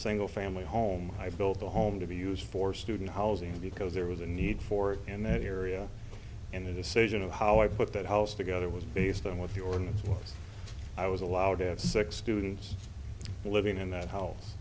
single family home i built a home to be use for student housing because there was a need for it in that area and the decision of how i put that house together was based on what your and what i was allowed to have six students living in that house